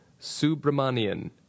Subramanian